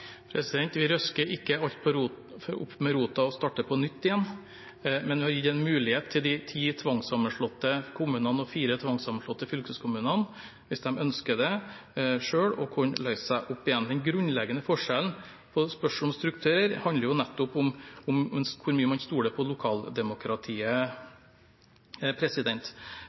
Vi røsker ikke alt opp med rota og starter på nytt igjen, men vi gir en mulighet til de ti tvangssammenslåtte kommunene og de fire tvangssammenslåtte fylkeskommunene – hvis de selv ønsker det – å kunne løse opp igjen. Den grunnleggende forskjellen på spørsmålet om struktur handler nettopp om hvor mye man stoler på lokaldemokratiet.